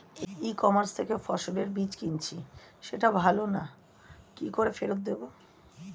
ই commerce থেকে ফসলের বীজ কিনেছি সেটা ভালো না কি করে ফেরত দেব?